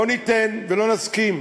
לא ניתן ולא נסכים,